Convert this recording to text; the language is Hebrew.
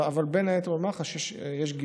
אבל בין היתר במח"ש יש גיוון.